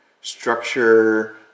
structure